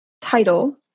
title